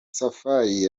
safari